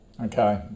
Okay